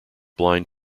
blind